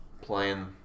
playing